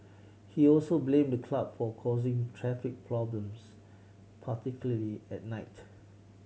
he also blamed the club for causing traffic problems particularly at night